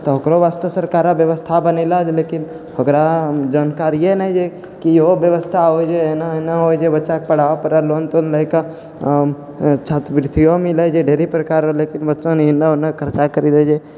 तऽ ओकरो वास्ते सरकार व्यवस्था बनेलो छै लेकिन ओकरा जानकारिए नहि छै कि इहो व्यवस्था होइ छै एहिना एहिना होइ छै बच्चाके पढ़ाबय पड़ै लोन तोन लऽ के छात्रवृत्तिओ मिलै छै ढेरी प्रकार रे लेकिन बच्चा एन्ने ओन्ने खर्चा करि दै छै